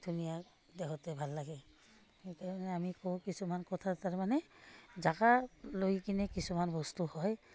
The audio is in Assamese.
ধুনীয়া দেখোতে ভাল লাগে সেইকাৰণে আমি কওঁ কিছুমান কথা তাৰমানে জেগা লৈ কিনে কিছুমান বস্তু হয়